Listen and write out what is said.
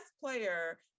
player